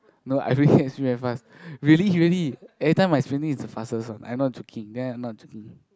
no I really can swim very fast really really every time my swimming is the fastest also I not joking there I not joking